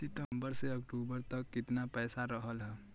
सितंबर से अक्टूबर तक कितना पैसा रहल ह?